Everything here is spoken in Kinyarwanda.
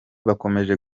bakomeje